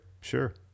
sure